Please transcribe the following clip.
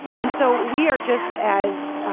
and so we are just as,